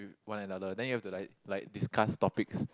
one and another then you have to like like discuss topics